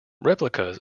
replicas